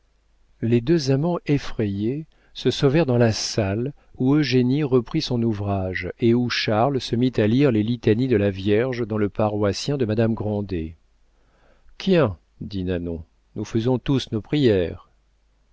les deux amants effrayés se sauvèrent dans la salle où eugénie reprit son ouvrage et où charles se mit à lire les litanies de la vierge dans le paroissien de madame grandet quien dit nanon nous faisons tous nos prières